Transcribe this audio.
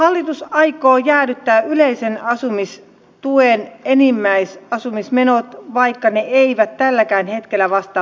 hallitus aikoo jäädyttää yleisen asumistuen enimmäisasumismenot vaikka ne eivät tälläkään hetkellä vastaa vuokratasoa